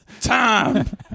Time